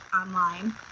online